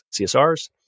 CSRs